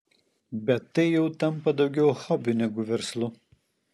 bet tai jau tampa daugiau hobiu negu verslu